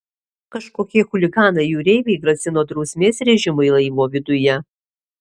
kažkokie chuliganai jūreiviai grasino drausmės režimui laivo viduje